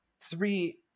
three